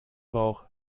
bauch